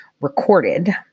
recorded